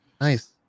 Nice